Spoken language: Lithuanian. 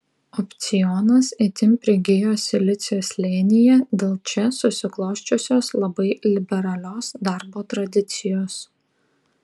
opcionas itin prigijo silicio slėnyje dėl čia susiklosčiusios labai liberalios darbo tradicijos